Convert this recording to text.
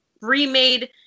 remade